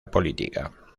política